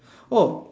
oh